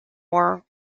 more